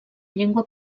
llengua